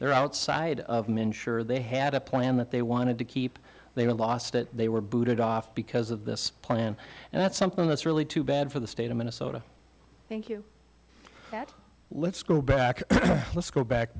there outside of men sure they had a plan that they wanted to keep they lost it they were booted off because of this plan and that's something that's really too bad for the state of minnesota thank you let's go back let's go back